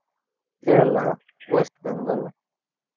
Kerala west Bengal